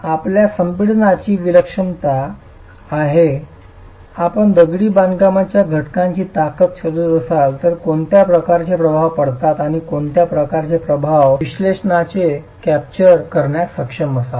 आपल्या संपीडनाची विक्षिप्तपणा आहे आपण दगडी बांधकामाच्या घटकाची ताकद शोधत असाल तर कोणत्या प्रकारचे प्रभाव पडतात आणि कोणत्या प्रकारचे प्रभाव विश्लेषणाने कॅप्चर करण्यास सक्षम असावे